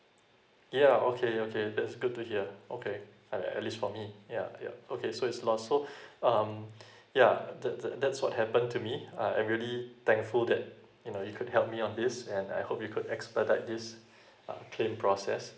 yeah okay okay that's good to hear okay uh at least for me yeah yeah okay so it's lost so um yeah that that that's what happened to me I I really thankful that you know you could help me on this and I hope you could expedite this uh claiming process